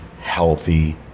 healthy